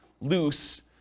loose